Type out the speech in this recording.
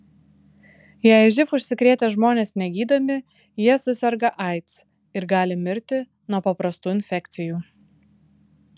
jei živ užsikrėtę žmonės negydomi jie suserga aids ir gali mirti nuo paprastų infekcijų